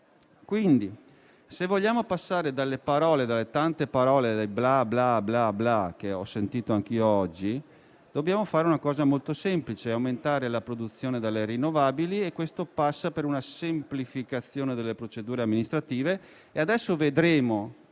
Quindi, se vogliamo passare ai fatti, dalle tante parole e dal "bla bla bla" che ho sentito anche oggi, dobbiamo fare una cosa molto semplice: aumentare la produzione delle rinnovabili e questo passa per una semplificazione delle procedure amministrative. Adesso vedremo